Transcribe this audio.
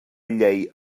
llei